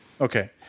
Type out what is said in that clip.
Okay